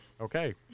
okay